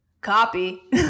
copy